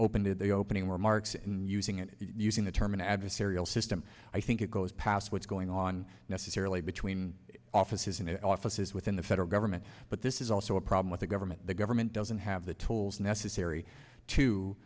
opened the opening remarks and using it using the term an adversarial system i think it goes past what's going on necessarily between offices and offices within the federal government but this is also a problem with a government the government doesn't have the tools necessary to